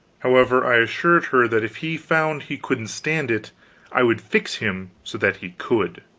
however, i assured her that if he found he couldn't stand it i would fix him so that he could.